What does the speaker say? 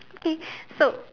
okay so